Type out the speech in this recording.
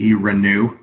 Renew